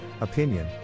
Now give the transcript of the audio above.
Opinion